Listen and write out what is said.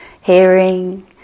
hearing